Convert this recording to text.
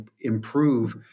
improve